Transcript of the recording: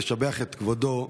לשבח את כבודו,